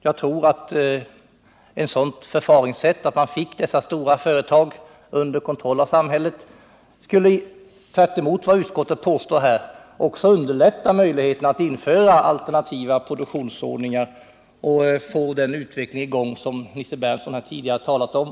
Att man fick dessa stora företag under samhällets kontroll skulle, tror jag, tvärtemot vad utskottet påstår, också underlätta möjligheten att införa alternativ produktion och få i gång den utveckling som Nils Berndtson här tidigare här talat om.